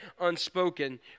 unspoken